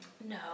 no